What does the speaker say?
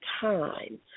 time